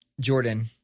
Jordan